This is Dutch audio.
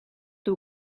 doe